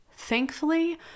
Thankfully